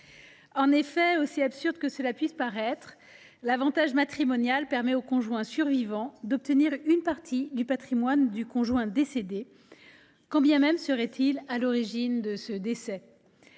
En effet, aussi absurde que cela puisse paraître, l’avantage matrimonial permet au conjoint survivant d’obtenir une partie du patrimoine du conjoint décédé, quand bien même il serait à l’origine de ce décès.